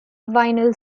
vinyl